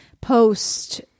post